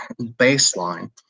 baseline